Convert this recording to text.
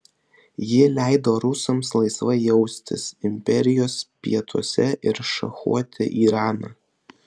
ji leido rusams laisvai jaustis imperijos pietuose ir šachuoti iraną